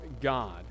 God